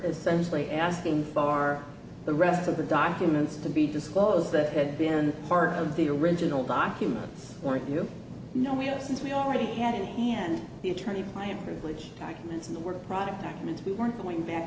essentially asking for the rest of the documents to be disclosed that had been part of the original documents were you know we have since we already had it and the attorney client privilege documents in the work product documents we weren't going back